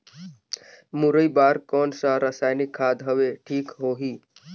मुरई बार कोन सा रसायनिक खाद हवे ठीक होही?